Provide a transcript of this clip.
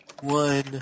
one